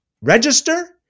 Register